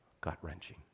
gut-wrenching